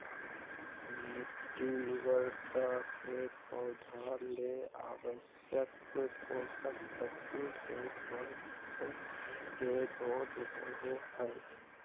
मिटटी उर्वरता से पौधा ले आवश्यक पोषक तत्व के स्तर के बोध होबो हइ